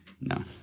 No